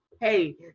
Hey